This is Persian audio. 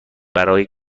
برای